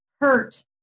hurt